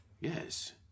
Yes